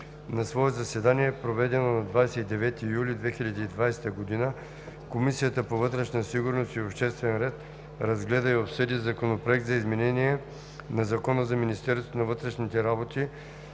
На свое заседание, проведено на 29 юли 2020 г., Комисията по вътрешна сигурност и обществен ред разгледа и обсъди Законопроект за изменение на Закона за Министерството на вътрешните работи,